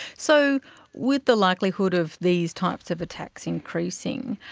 so with the likelihood of these types of attacks increasing,